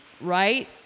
Right